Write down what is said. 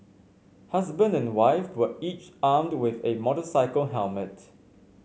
husband and wife were each armed with a motorcycle helmet